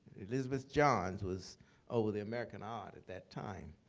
elizabeth johns was over the american art at that time.